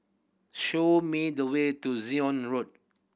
show me the way to Zion Road